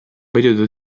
periodo